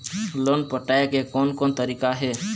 Loan पटाए के कोन कोन तरीका हे?